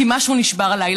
כי משהו נשבר הלילה.